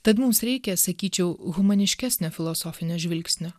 tad mums reikia sakyčiau humaniškesnio filosofinio žvilgsnio